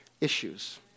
issues